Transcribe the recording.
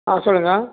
ஆ சொல்லுங்கள்